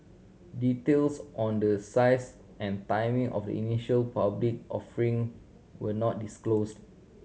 details on the size and timing of the initial public offering were not disclosed